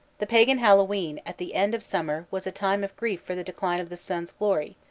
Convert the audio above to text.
the pagan hallowe'en at the end of summer was a time of grief for the decline of the sun's glory,